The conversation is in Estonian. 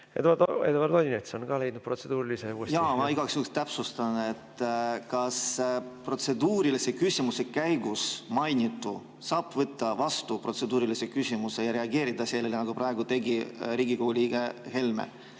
Eduard Odinets on ka leidnud protseduurilise uuesti.